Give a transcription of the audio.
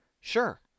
Sure